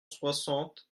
soixante